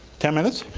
ten minutes?